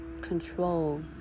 control